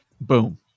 Boom